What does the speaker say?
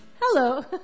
Hello